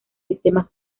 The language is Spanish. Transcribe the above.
sistemas